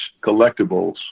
Collectibles